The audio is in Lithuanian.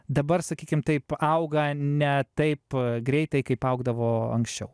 dabar sakykim taip auga ne taip greitai kaip augdavo anksčiau